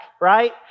right